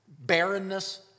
barrenness